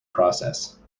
process